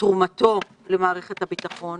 תרומתו למערכת הביטחון,